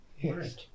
Yes